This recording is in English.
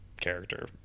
character